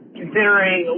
considering